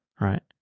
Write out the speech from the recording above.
right